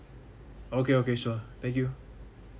okay okay sure thank you